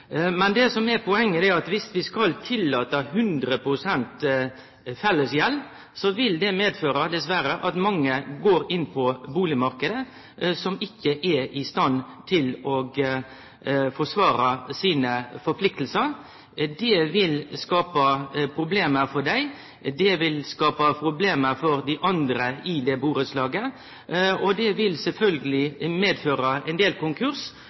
Men det som er poenget, er at dersom vi skal tillate 100 pst. fellesgjeld, vil det dessverre føre til at mange som går inn på boligmarknaden, ikkje er i stand til å forsvare sin forpliktingar. Det vil skape problem for dei, det vil skape problem for dei andre i det burettslaget, og det vil sjølvsagt føre til ein del